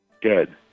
Good